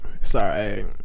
Sorry